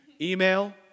Email